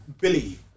Billy